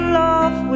love